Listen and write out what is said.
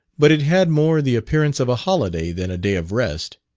but it had more the appearance of a holiday than a day of rest.